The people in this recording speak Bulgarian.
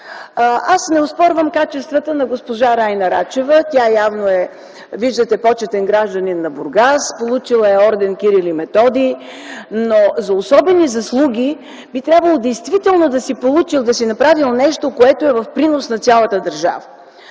Аз не оспорвам качествата на госпожа Райна Рачева, тя, виждате, е почетен гражданин на Бургас, получила е орден „Кирил и Методий”, но за особени заслуги би трябвало действително да си направил нещо, което е в принос на цялата държава.